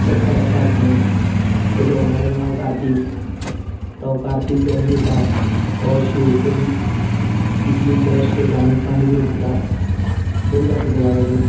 चटपटा चाट म्हणून तेज्या ओनराचे नांव कार्तीक तो कार्तिक जो मनीस आहा तो शेव पूरी इतली बेस्ट करतां आनी पाणी पूरी सुद्दां बरी लागता तेजा कडेन